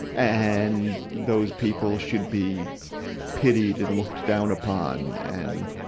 and, those people should be pitied and looked down upon, and,